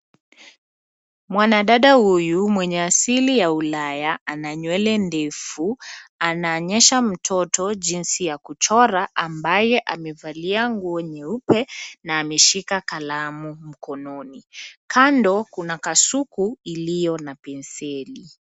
Mwanadada huyu mwenye aili ya ulaya ananywele ndefu anaonyesha mtoto jinsi ya kuchora ambaye amevalia nguo nyeupe na ameshika kalamu mkononi kando kuna kasuku iliyo na penseli.